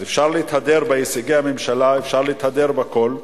אז אפשר להתהדר בהישגי הממשלה, אפשר להתהדר בכול.